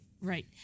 right